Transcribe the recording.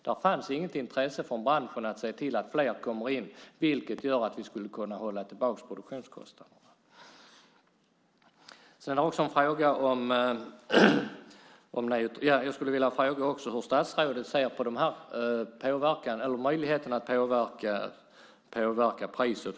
Det fanns inget intresse i branschen att se till att fler kommer in, vilket skulle göra att vi skulle kunna hålla tillbaka produktionskostnaderna. Sedan skulle jag vilja fråga hur statsrådet ser på möjligheten att påverka priset.